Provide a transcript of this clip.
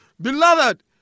Beloved